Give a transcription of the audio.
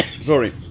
sorry